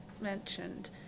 mentioned